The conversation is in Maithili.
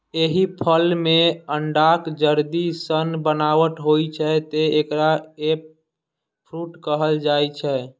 एहि फल मे अंडाक जर्दी सन बनावट होइ छै, तें एकरा एग फ्रूट कहल जाइ छै